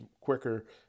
quicker